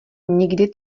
nikdy